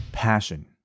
passion